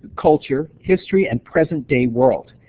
culture, history and present-day world.